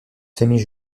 famille